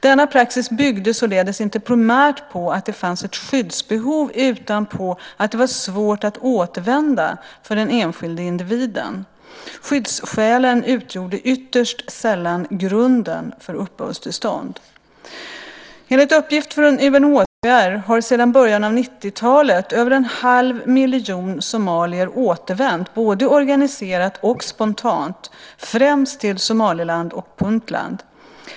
Denna praxis byggde således inte primärt på att det fanns ett skyddsbehov utan på att det var svårt att återvända för den enskilde individen. Skyddsskälen utgjorde ytterst sällan grunden för uppehållstillstånd. Enligt uppgift från UNHCR har sedan början på 1990-talet över en halv miljon somalier återvänt, både organiserat och spontant, främst till Somaliland och Puntland.